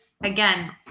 again